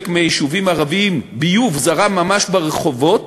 מהיישובים הערביים ביוב זרם ממש ברחובות.